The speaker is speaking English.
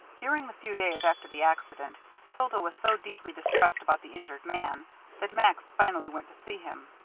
during the few days after the accident hilda was so deeply distressed about the injured man that max finally went to see him.